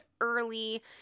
early